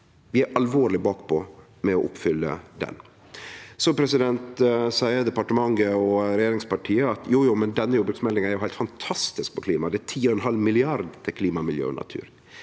Vi er alvorleg bakpå med å oppfylle han. Så seier departementet og regjeringspartia at jo, men den jordbruksmeldinga er heilt fantastisk på klima, det er 10,5 mrd. kr til klima, miljø og natur.